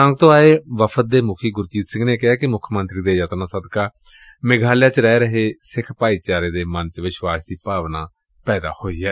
ਸਿਲਾਂਗ ਤੋਂ ਆਏ ਵਫ਼ਦ ਦੇ ਮੁੱਖੀ ਗੁਰਜੀਤ ਸਿੱਘ ਨੇ ਕਿਹਾ ਕਿ ਮੁੱਖ ਮੰਤਰੀ ਦੇ ਯਤਨਾਂ ਸਦਕਾ ਮੇਘਾਲਿਆ ਚ ਰਹਿ ਰਹੇ ਸਿੱਖ ਭਾਈਚਾਰੇ ਦੇ ਮਨ ਚ ਵਿਸ਼ਵਾਸ ਦੀ ਭਾਵਨਾ ਪੈਦਾ ਹੋਈ ਏ